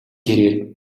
тэрээр